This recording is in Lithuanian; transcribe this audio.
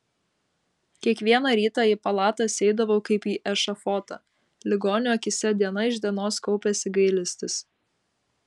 kiekvieną rytą į palatas eidavau kaip į ešafotą ligonių akyse diena iš dienos kaupėsi gailestis